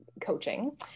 coaching